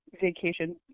vacation